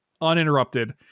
uninterrupted